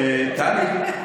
טלי.